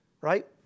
right